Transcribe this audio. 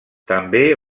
també